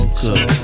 good